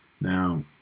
Now